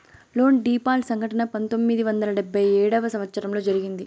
loan default సంఘటన పంతొమ్మిది వందల డెబ్భై ఏడవ సంవచ్చరంలో జరిగింది